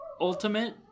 Ultimate